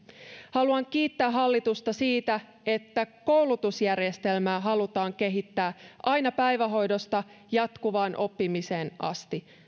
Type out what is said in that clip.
haluan kiittää hallitusta siitä että koulutusjärjestelmää halutaan kehittää aina päivähoidosta jatkuvaan oppimiseen asti